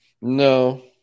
No